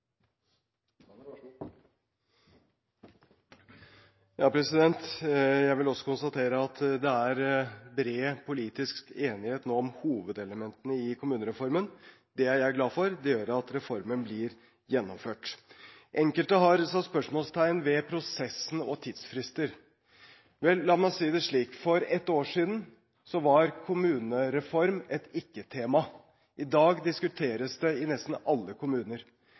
bred politisk enighet om hovedelementene i kommunereformen, og det er jeg glad for. Det gjør at reformen blir gjennomført. Enkelte har satt spørsmålstegn ved prosessen og tidsfrister. Vel, la meg si det slik: For ett år siden var kommunereform et ikke-tema. I dag diskuteres det i nesten alle kommuner.